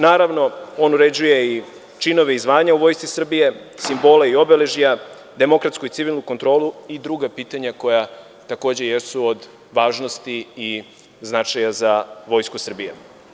Naravno, on uređuje i činove i zvanja u Vojsci Srbije, simbole i obeležja, demokratsku i civilnu kontrolu i druga pitanja koja takođe jesu od važnosti i značaja za Vojsku Srbije.